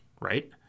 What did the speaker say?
right